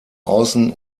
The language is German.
außen